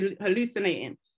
hallucinating